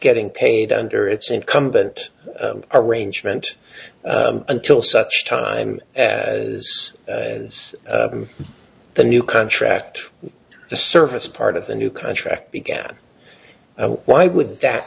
getting paid under its incumbent arrangement until such time as the new contract the service part of the new contract began why would that